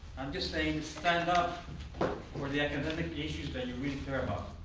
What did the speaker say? i'm just saying stand up for the academic issues that you really care about.